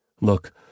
Look